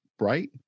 right